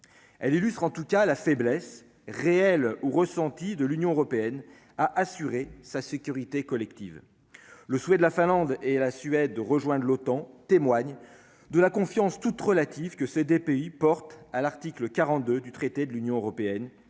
elle illustre en tout cas la faiblesse réelle ou ressentie de l'Union européenne à assurer sa sécurité collective le souhait de la Finlande et la Suède, de rejoindre l'OTAN témoigne de la confiance toute relative que ceux des pays porte à l'article 42 du traité de l'Union européenne